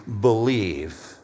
believe